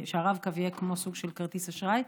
שהרב-קו יהיה כמו סוג של כרטיס אשראי.